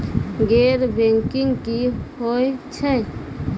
गैर बैंकिंग की होय छै?